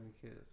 kids